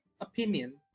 opinion